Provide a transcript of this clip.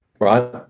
right